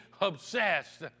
obsessed